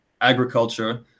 agriculture